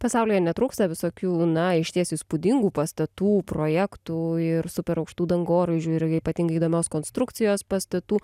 pasaulyje netrūksta visokių na išties įspūdingų pastatų projektų ir superaukštų dangoraižių ir ypatingai įdomios konstrukcijos pastatų